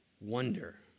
wonder